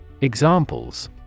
Examples